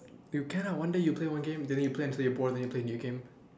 you can ah one day you play one game then you play until you bored then you play new game